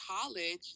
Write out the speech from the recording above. college